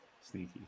Sneaky